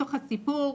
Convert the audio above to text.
בתוך הסיפור?